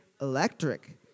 Electric